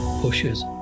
pushes